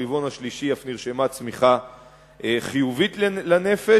ברבעון השלישי אף נרשמה צמיחה חיובית לנפש